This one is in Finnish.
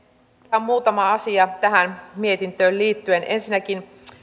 ihan muutama asia tähän mietintöön liittyen ensinnäkin